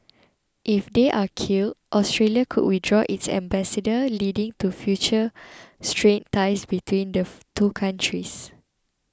if they are killed Australia could withdraw its ambassador leading to future strained ties between the two countries